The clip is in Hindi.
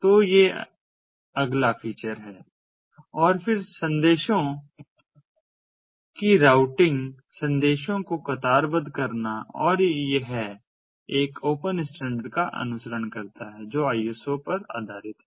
तो यह अगला फीचर है और फिर संदेशों की राउटिंग संदेशों को कतारबद्ध करना और यह एक ओपन स्टैंडर्ड का अनुसरण करता है जो ISO पर आधारित है